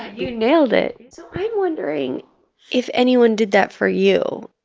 you nailed it. so i'm wondering if anyone did that for you